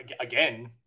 again